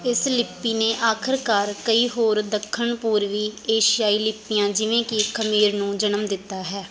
ਇਸ ਲਿਪੀ ਨੇ ਆਖਰਕਾਰ ਕਈ ਹੋਰ ਦੱਖਣ ਪੂਰਬੀ ਏਸ਼ੀਆਈ ਲਿਪੀਆਂ ਜਿਵੇਂ ਕਿ ਖਮੇਰ ਨੂੰ ਜਨਮ ਦਿੱਤਾ ਹੈ